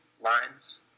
lines